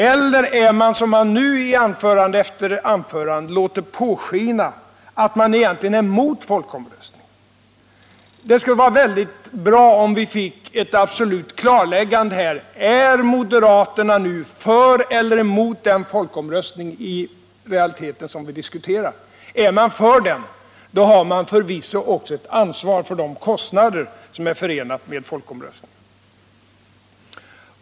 Eller är det så, som man i anförande efter anförande låter påskina, att man egentligen är emot folkomröstningen? Det skulle vara bra om vi fick ett absolut klarläggande: Är moderaterna i realiteten nu för eller emot den folkomröstning som vi diskuterar? Är man för den, har man förvisso ett ansvar för de kostnader som är förenade med folkomröstningen.